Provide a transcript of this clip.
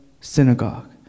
Synagogue